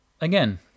again